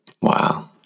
Wow